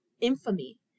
infamy